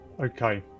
Okay